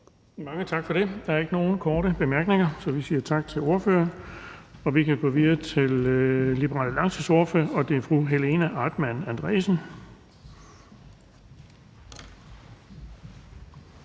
Bonnesen): Der er ikke nogen korte bemærkninger, så vi siger tak til ordføreren. Vi kan gå videre til Liberal Alliances ordfører, og det er fru Helena Artmann Andresen.